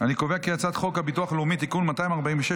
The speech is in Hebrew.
אני קובע כי הצעת חוק הביטוח הלאומי (תיקון מס' 246,